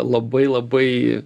labai labai